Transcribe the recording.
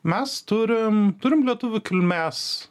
mes turim turim lietuvių kilmės